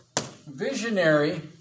visionary